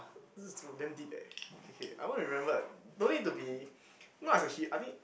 this is too damn deep eh okay I only remembered no need to be not as a he I think